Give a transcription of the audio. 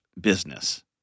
business